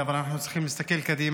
אבל אנחנו צריכים להסתכל קדימה,